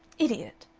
idiot!